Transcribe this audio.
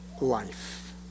life